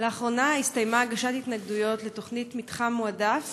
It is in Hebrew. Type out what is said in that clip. לאחרונה הסתיימה הגשת ההתנגדויות לתוכנית מתחם מועדף